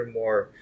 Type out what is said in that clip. more